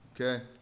Okay